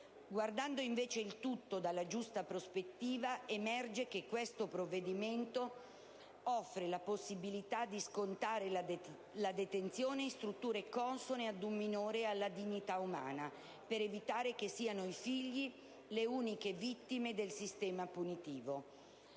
Guardando invece il tutto dalla giusta prospettiva, emerge che questo provvedimento offre la possibilità di scontare la detenzione in strutture consone ad un minore e alla dignità umana, per evitare che siano i figli le uniche vittime del sistema punitivo.